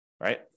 right